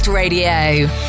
Radio